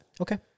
Okay